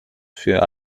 für